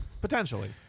Potentially